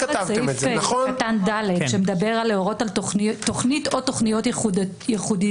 סעיף קטן (ד) שמדבר על תוכנית או תוכניות ייחודיות.